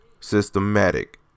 systematic